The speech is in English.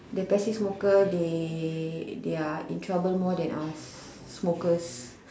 the passive smoker they they are in trouble more than us smokers